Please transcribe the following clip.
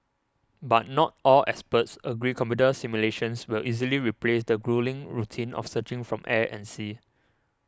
but not all experts agree computer simulations will easily replace the gruelling routine of searching from air and sea